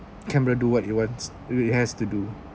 camera do what he wants it has to do